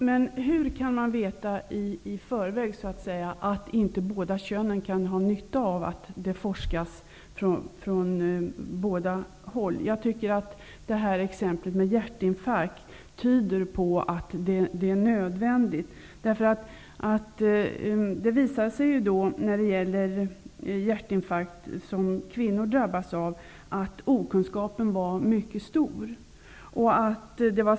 Herr talman! Hur kan man veta i förväg att inte båda könen kan ha nytta av att det forskas från båda håll? Jag tycker att exemplet med hjärtinfarkt tyder på att det är nödvändigt. När det gäller kvinnor som drabbats av hjärtinfarkt visade det sig att okunskapen var mycket stor.